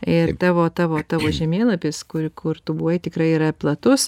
ir tavo tavo tavo žemėlapis kur kur tu buvai tikrai yra platus